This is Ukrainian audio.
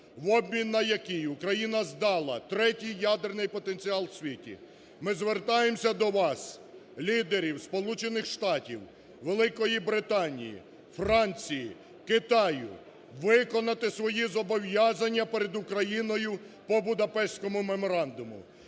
в обмін на який Україна здала третій ядерний потенціал в світі, ми звертаємося до вас, лідерів Сполучених Штатів, Великої Британії, Франції, Китаю, виконати свої зобов'язання перед Україною по Будапештському меморандуму,